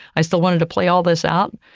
i still wanted to play all this out.